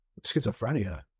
Schizophrenia